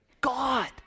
God